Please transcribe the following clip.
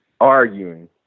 arguing